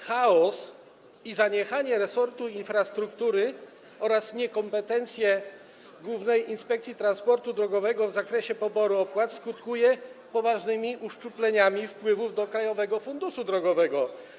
Chaos i zaniechanie resortu infrastruktury oraz niekompetencje Głównej Inspekcji Transportu Drogowego w zakresie poboru opłat skutkują poważnymi uszczupleniami wpływów do Krajowego Funduszu Drogowego.